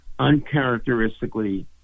uncharacteristically